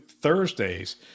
Thursdays